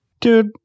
Dude